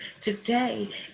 Today